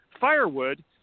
firewood